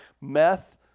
meth